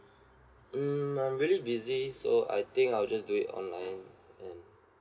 mm I'm really busy so I think I'll just do it online mm